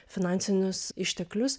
finansinius išteklius